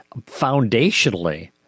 foundationally